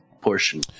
portion